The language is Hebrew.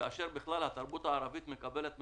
כאשר התרבות הערבית בכלל מקבלת,